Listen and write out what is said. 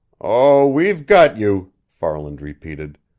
oh, we've got you! farland repeated.